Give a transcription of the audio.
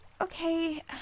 Okay